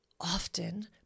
often